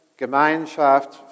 Gemeinschaft